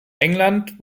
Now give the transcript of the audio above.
england